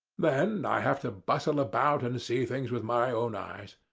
then i have to bustle about and see things with my own eyes.